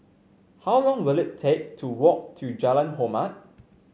how long will it take to walk to Jalan Hormat